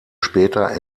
später